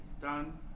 done